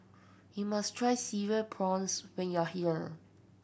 you must try Cereal Prawns when you are here